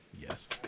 Yes